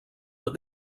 that